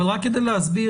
אבל רק כדי להסביר,